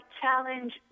challenge